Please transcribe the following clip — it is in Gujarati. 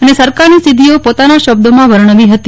અને બ્સરકારની સિઘ્ધિઓ પોતાના શબ્દોમાં વર્ણવી હતી